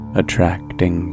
attracting